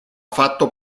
fatto